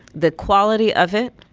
the quality of it,